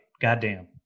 Goddamn